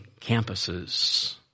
campuses